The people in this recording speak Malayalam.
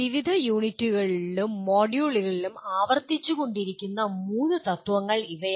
വിവിധ യൂണിറ്റുകളിലും മൊഡ്യൂളുകളിലും ആവർത്തിച്ചുകൊണ്ടിരിക്കുന്ന മൂന്ന് തത്ത്വങ്ങൾ ഇവയാണ്